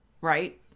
right